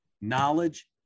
Knowledge